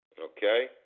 Okay